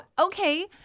okay